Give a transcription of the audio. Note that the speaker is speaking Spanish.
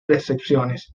recepciones